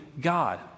God